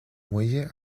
muelle